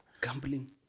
Gambling